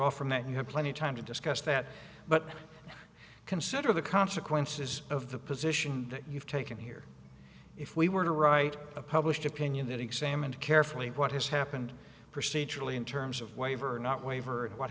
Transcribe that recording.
off from that you have plenty of time to discuss that but consider the consequences of the position you've taken here if we were to write a published opinion that examined carefully what has happened procedurally in terms of waiver or not waiver and what